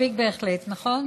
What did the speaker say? מספיק בהחלט, נכון?